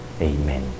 Amen